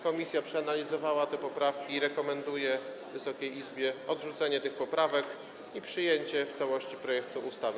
Komisja przeanalizowała te poprawki i rekomenduje Wysokiej Izbie odrzucenie tych poprawek i przyjęcie w całości projektu ustawy.